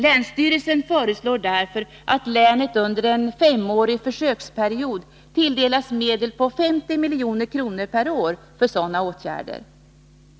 Länsstyrelsen föreslår därför att länet under en femårig försöksperiod tilldelas medel på 50 miljoner kronor per år för sådana åtgärder.